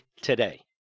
today